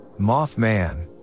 mothman